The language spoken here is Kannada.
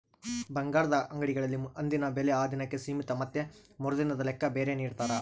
ಬಂಗಾರದ ಅಂಗಡಿಗಳಲ್ಲಿ ಅಂದಿನ ಬೆಲೆ ಆ ದಿನಕ್ಕೆ ಸೀಮಿತ ಮತ್ತೆ ಮರುದಿನದ ಲೆಕ್ಕ ಬೇರೆ ನಿಡ್ತಾರ